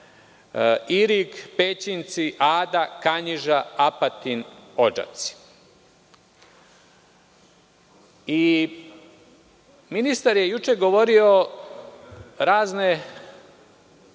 Irig, Pećinci, Ada, Kanjiža, Apatin, Odžaci. Ministar je juče govorio razne